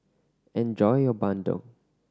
enjoy your bandung